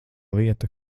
vieta